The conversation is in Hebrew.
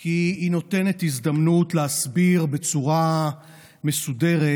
כי היא נותנת הזדמנות להסביר בצורה מסודרת.